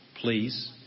please